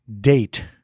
date